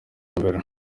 mbere